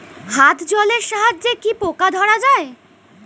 হাত জলের সাহায্যে কি পোকা ধরা যায়?